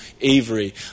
Avery